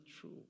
true